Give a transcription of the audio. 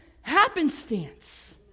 happenstance